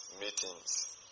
meetings